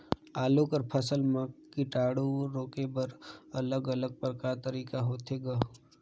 आलू कर फसल म कीटाणु रोके बर अलग अलग प्रकार तरीका होथे ग?